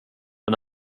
men